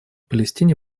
палестине